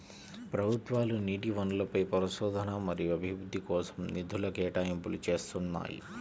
ప్రభుత్వాలు నీటి వనరులపై పరిశోధన మరియు అభివృద్ధి కోసం నిధుల కేటాయింపులు చేస్తున్నాయి